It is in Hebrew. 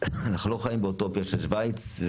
אנחנו לא חיים באוטופיה של שווייץ,